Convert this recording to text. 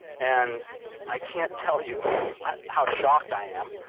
and i can't tell you how shocked i am,